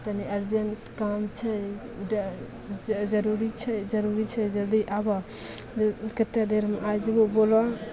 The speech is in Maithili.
तनि अरजेन्ट काम छै जाइ जरूरी छै जरूरी छै जल्दी आबऽ कतेक देरमे आबि जेबहो बोलऽ